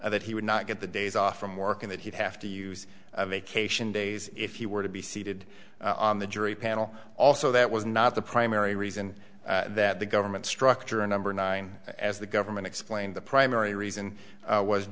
that he would not get the days off from work and that he'd have to use vacation days if he were to be seated on the jury panel also that was not the primary reason that the government structure number nine as the government explained the primary reason was